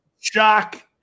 shock